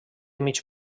mig